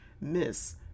Miss